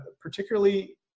particularly –